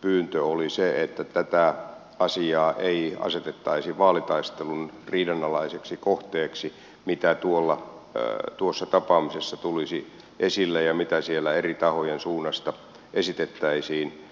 pyyntö oli se että tätä asiaa ei asetettaisi vaalitaistelun riidanalaiseksi kohteeksi sitä mitä tuossa tapaamisessa tulisi esille ja mitä siellä eri tahojen suunnasta esitettäisiin